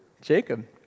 Jacob